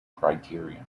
criterion